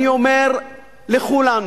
אני אומר לכולנו,